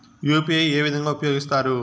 UPI ఏ విధంగా ఉపయోగిస్తారు?